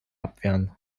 abwehren